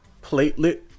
platelet